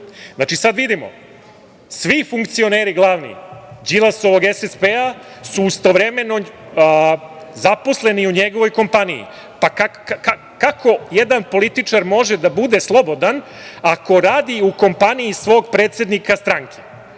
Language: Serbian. Znači, sada vidimo, svi funkcioneri glavni Đilasovog SSP-a su istovremeno zaposleni u njegovoj kompaniji. Kako jedan političar može da bude slobodan ako radi u kompaniji svog predsednika stranke,